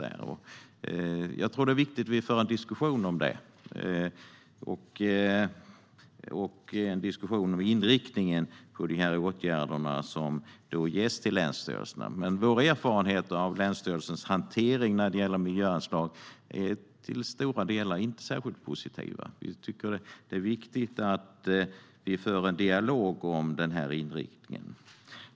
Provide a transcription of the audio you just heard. Det är viktigt att vi för en diskussion om inriktningen på de åtgärder som länsstyrelserna ska vidta. Vår erfarenhet av länsstyrelsernas hantering av miljöanslag är på det stora hela inte särskilt positiv. Det är därför viktigt att vi för en dialog om denna inriktning.